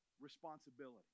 responsibility